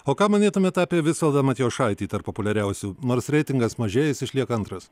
o ką manytumėt apie visvaldą matijošaitį tarp populiariausių nors reitingas mažėja jis išlieka antras